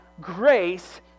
grace